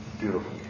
beautiful